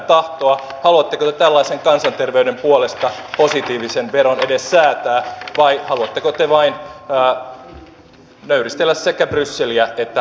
haluatteko te tällaisen kansanterveyden puolesta positiivisen veron edes säätää vai haluatteko te vain nöyristellä sekä brysseliä että hallituskumppaneitanne